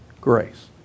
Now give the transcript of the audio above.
Grace